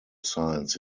signs